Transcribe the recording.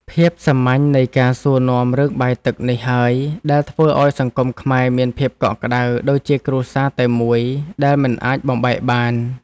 ភាពសាមញ្ញនៃការសួរនាំរឿងបាយទឹកនេះហើយដែលធ្វើឱ្យសង្គមខ្មែរមានភាពកក់ក្តៅដូចជាគ្រួសារតែមួយដែលមិនអាចបំបែកបាន។